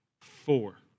four